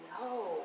No